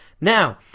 Now